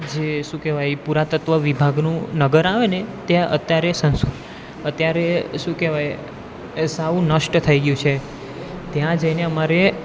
જે શું કહેવાય પુરાતત્વ વિભાગનું નગર આવેને ત્યાં અત્યારે સં અત્યારે શું કહેવાય એ સાવ નષ્ટ થઈ ગયું છે ત્યાં જઈને અમારે